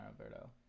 Alberto